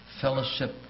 fellowship